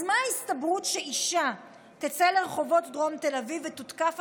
אז מה ההסתברות שאשה תצא לרחובות דרום תל אביב ותותקף,